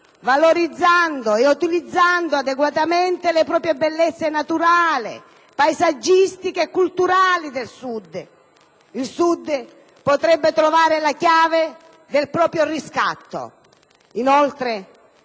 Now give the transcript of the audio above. Valorizzando e utilizzando adeguatamente le proprie bellezze naturali, paesaggistiche e culturali, il Sud potrebbe trovare la chiave del proprio riscatto.